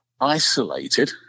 isolated